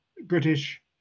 British